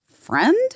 friend